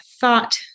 thought